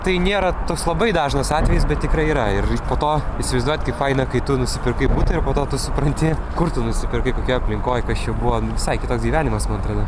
tai nėra toks labai dažnas atvejis bet tikrai yra ir po to įsivaizduojat kaip faina kai tu nusipirkai butą ir po to tu supranti kur tu nusipirkai kokioj aplinkoj kas čia buvo visai kitoks gyvenimas man atrodo